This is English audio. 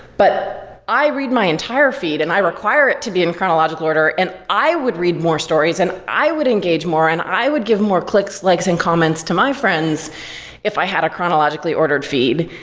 but i read my entire feed and i require it to be in chronological order and i would read more stories and i would engage more and i would give more clicks, likes and comments to my friends if i had a chronologically ordered feed.